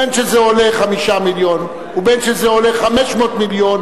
בין שזה עולה 5 מיליון ובין שזה עולה 500 מיליון,